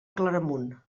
claramunt